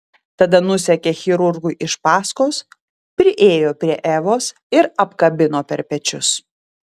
tada nusekė chirurgui iš paskos priėjo prie evos ir apkabino per pečius